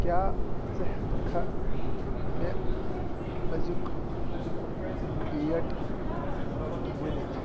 کیاہ ژٕ ہٮ۪کہٕ کھا مےٚ أزِیُک ڈیٹ ؤنِتھ